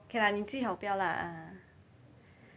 okay lah 你最好不要啦 ah